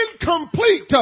incomplete